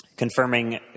confirming